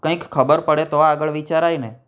કંઈક ખબર પડે તો આગળ વિચારાયને